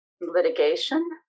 litigation